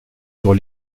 sur